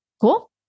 Cool